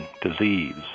disease